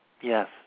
Yes